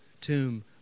tomb